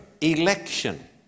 election